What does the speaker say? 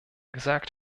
gesagt